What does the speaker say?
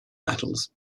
metals